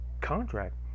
contract